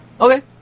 Okay